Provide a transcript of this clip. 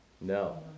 No